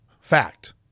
fact